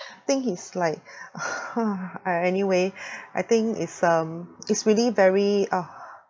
think he's like uh anyway I think it's um it's really very uh